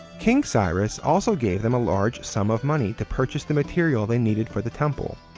king cyrus also gave them a large sum of money to purchase the material they needed for the temple.